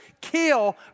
kill